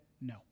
no